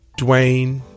Dwayne